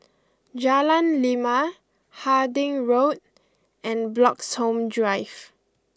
Jalan Lima Harding Road and Bloxhome Drive